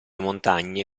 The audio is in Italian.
montagne